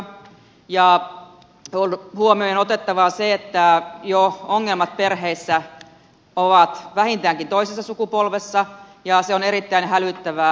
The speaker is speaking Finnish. on huomioon otettavaa se että ongelmat perheissä ovat jo vähintäänkin toisessa sukupolvessa ja se on erittäin hälyttävää